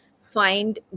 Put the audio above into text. find